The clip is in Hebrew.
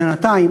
בינתיים,